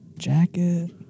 Jacket